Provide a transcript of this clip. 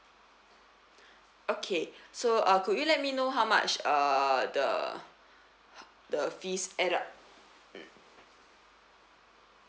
okay so uh could you let me know how much uh the the fees add up mm